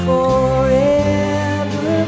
forever